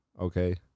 okay